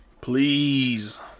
Please